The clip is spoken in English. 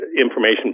information